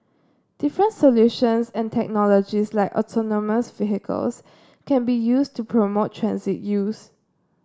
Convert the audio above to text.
different solutions and technologies like autonomous vehicles can be used to promote transit use